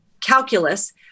calculus